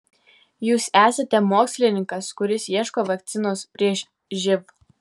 jūs esate mokslininkas kuris ieško vakcinos prieš živ